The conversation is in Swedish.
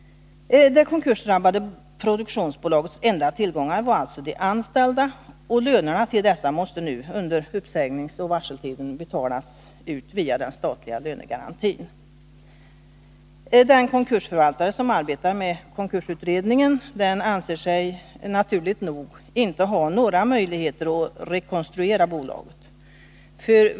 Det konkursdrabbade produktionsbolagets enda tillgångar var alltså de anställda, och lönerna till dessa måste nu under uppsägningsoch varseltiden betalas ut via den statliga lönegarantin. Den konkursförvaltare som arbetar med konkursutredningen anser sig inte, naturligt nog, ha några möjligheter att rekonstruera bolaget.